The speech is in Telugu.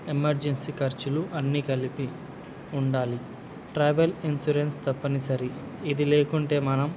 ఎమర్జెన్సీ ఖర్చులు అన్నీ కలిపి ఉండాలి ట్రావెల్ ఇన్సూరెన్స్ తప్పనిసరి ఇది లేకుంటే మనం